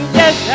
yes